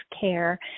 care